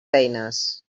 eines